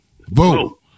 Vote